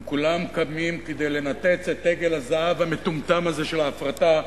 הם כולם קמים כדי לנתץ את עגל הזהב המטומטם הזה של ההפרטה,